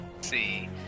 See